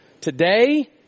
today